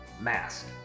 mask